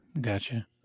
Gotcha